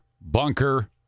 Bunker